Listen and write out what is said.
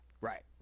Right